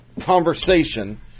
conversation